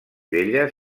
vella